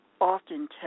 often